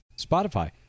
Spotify